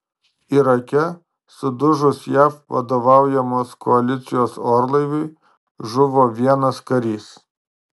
irake sudužus jav vadovaujamos koalicijos orlaiviui žuvo vienas karys